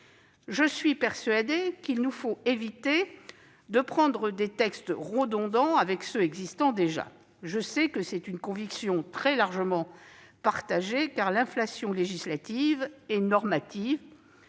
Je suis persuadée qu'il nous faut éviter de prendre des mesures redondantes. Je sais que cette conviction est très largement partagée, car l'inflation législative et normative